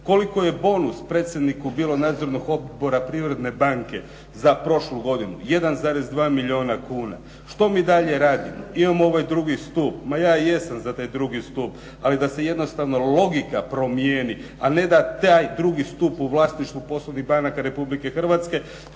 Koliko je bonus predsjedniku nadzornoga odbora Privredne banke na prošlu godinu? 1,2 milijuna kuna. Što mi dalje radimo? Imamo ovaj drugi stup. Ma ja jesam za taj drugi stup, ali da se jednostavno logika promijeni, a ne da taj drugi stup u vlasništvu poslovnih banaka Republike Hrvatske,